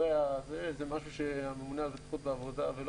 זה משהו שהממונה על בטיחות בעבודה ולא